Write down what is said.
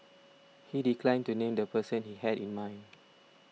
he declined to name the person he had in mind